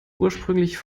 ursprünglich